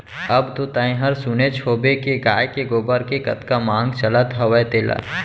अब तो तैंहर सुनेच होबे के गाय के गोबर के कतका मांग चलत हवय तेला